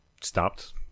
stopped